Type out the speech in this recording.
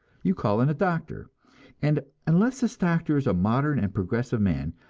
you call in a doctor and unless this doctor is a modern and progressive man,